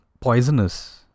poisonous